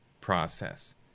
process